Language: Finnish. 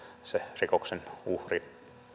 se rikoksen uhri